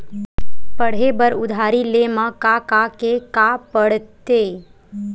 पढ़े बर उधारी ले मा का का के का पढ़ते?